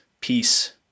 peace